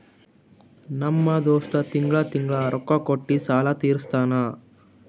ನಮ್ ದೋಸ್ತ ತಿಂಗಳಾ ತಿಂಗಳಾ ರೊಕ್ಕಾ ಕೊಟ್ಟಿ ಸಾಲ ತೀರಸ್ತಾನ್